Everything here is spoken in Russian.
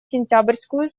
сентябрьскую